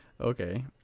Okay